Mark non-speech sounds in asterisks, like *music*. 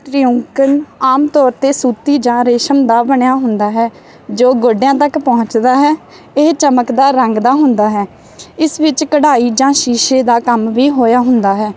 *unintelligible* ਆਮ ਤੌਰ 'ਤੇ ਸੂਤੀ ਜਾਂ ਰੇਸ਼ਮ ਦਾ ਬਣਿਆ ਹੁੰਦਾ ਹੈ ਜੋ ਗੋਡਿਆਂ ਤੱਕ ਪਹੁੰਚਦਾ ਹੈ ਇਹ ਚਮਕਦਾ ਰੰਗ ਦਾ ਹੁੰਦਾ ਹੈ ਇਸ ਵਿੱਚ ਕਢਾਈ ਜਾਂ ਸ਼ੀਸ਼ੇ ਦਾ ਕੰਮ ਵੀ ਹੋਇਆ ਹੁੰਦਾ ਹੈ